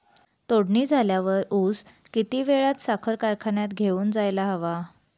तोडणी झाल्यावर ऊस किती वेळात साखर कारखान्यात घेऊन जायला हवा?